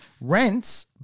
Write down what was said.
rents